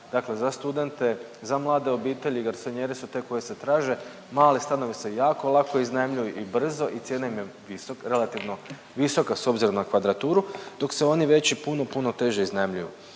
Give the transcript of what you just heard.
dakle za studente, za mlade obitelji garsonijere su te koje se traže, mali stanovi se jako lako iznajmljuju i brzo i cijena im je visok, relativno visoka s obzirom na kvadraturu dok se oni veći puno, puno teže iznajmljuju.